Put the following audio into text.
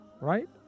right